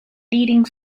leading